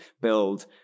build